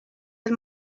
del